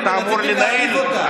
רציתם להעליב אותה.